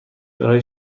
برای